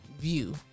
view